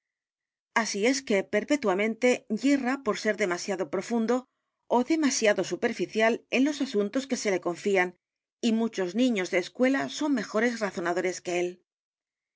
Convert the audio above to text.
así es que perpetuamente yerra por ser demasiado profundo ó demasiado superficial en los asuntos que se le confían y muchos niños de escuela son mejores razonadores que él